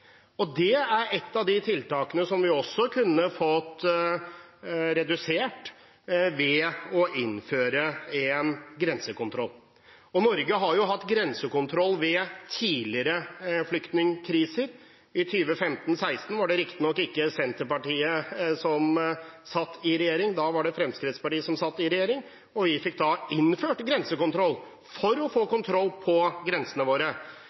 Og et av de tiltakene vi kunne brukt for å få redusert dette, er å innføre en grensekontroll. Norge har hatt grensekontroll ved tidligere flyktningkriser. I 2015–2016 var det riktignok ikke Senterpartiet som satt i regjering. Da var det Fremskrittspartiet som satt i regjering, og vi fikk innført grensekontroll for å få kontroll på grensene våre.